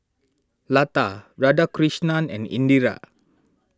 Lata Radhakrishnan and Indira